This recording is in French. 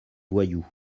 voyous